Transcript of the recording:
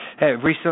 Recently